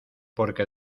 porque